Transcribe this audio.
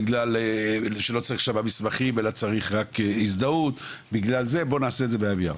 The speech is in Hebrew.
בגלל שלא צריך שם מסמכים וצריך רק הזדהות בואו נעשה את זה ב-IVR,